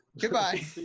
Goodbye